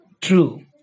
True